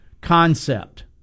concept